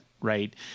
right